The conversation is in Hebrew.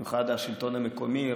במיוחד בשלטון המקומי,